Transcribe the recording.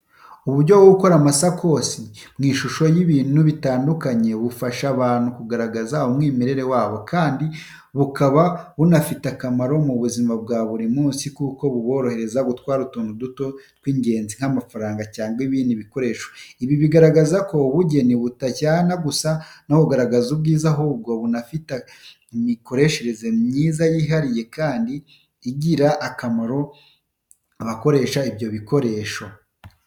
Uburyo bwo gukora amasakoshi mu ishusho y’ibintu bitandukanye bufasha abantu kugaragaza umwimerere wabo, kandi bukaba bunafite akamaro mu buzima bwa buri munsi kuko burorohereza gutwara utuntu duto tw'ingenzi nk’amafaranga, cyangwa ibindi bikoresho. Ibi bigaragaza ko ubugeni butajyana gusa no kugaragaza ubwiza, ahubwo bunafite imikoreshereze yihariye kandi igirira akamaro abakoresha ibyo bikoresho.